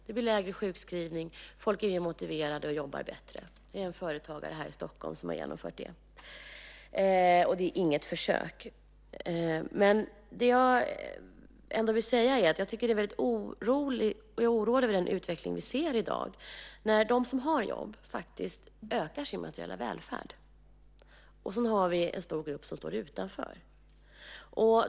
Det blir längre sjukskrivning. Folk är motiverade och jobbar bättre. Det finns en företagare här i Stockholm som har genomfört det, och det är inget försök. Jag är oroad över den utveckling vi ser i dag. De som har jobb ökar faktiskt sin materiella välfärd. Sedan har vi en stor grupp som står utanför.